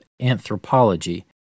anthropology